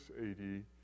AD